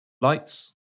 lights